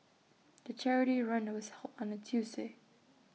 the charity run was held on A Tuesday